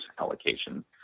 allocation